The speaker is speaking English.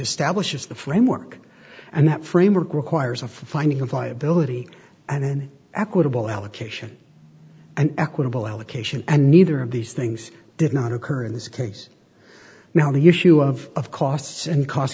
establishes the framework and that framework requires a finding of liability and aquittal allocation and equitable allocation and neither of these things did not occur in this case now the issue of of costs and cost